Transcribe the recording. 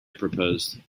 proposed